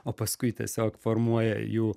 o paskui tiesiog formuoja jų